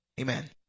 Amen